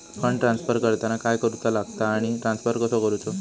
Fund transfer करताना काय करुचा लगता आनी ट्रान्स्फर कसो करूचो?